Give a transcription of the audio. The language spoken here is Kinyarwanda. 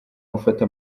gufata